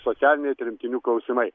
socialiniai tremtinių klausimai